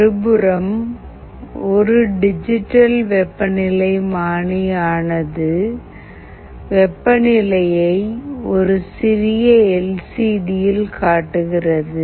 மறுபுறம் ஒரு டிஜிட்டல் வெப்பநிலைமானி ஆனது வெப்பநிலையை ஒரு சிறிய எல் சி டி யில் காட்டுகிறது